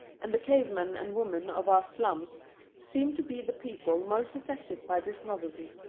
and the cave-men and women of our slums seem to be the people most affected by this novelty,